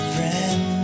Friend